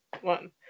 one